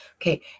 Okay